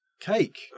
Cake